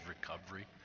recovery